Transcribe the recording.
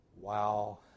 Wow